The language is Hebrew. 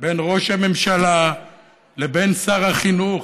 בין ראש הממשלה לבין שר החינוך.